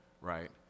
right